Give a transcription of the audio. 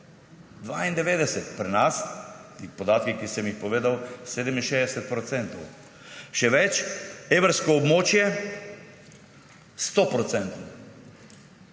po podatkih, ki sem jih povedal, 67 %. Še več, evrsko območje 100 %.